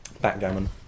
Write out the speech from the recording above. Backgammon